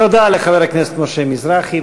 תודה לחבר הכנסת משה מזרחי.